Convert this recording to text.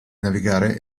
navigare